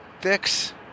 Fix